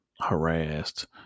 harassed